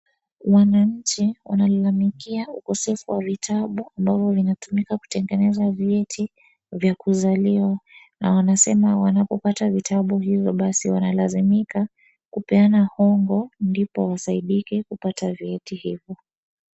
Wananchi wanalalamikia ukosefu wa vitabu ambavyo vinatumika kutegeneza vyeti vya kuzaliwa na wanasema wanapopata vitabu hivyo basi wanalazimika kupeana hongo ndipo wasaidike kupata vyeti hivyo.